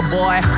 boy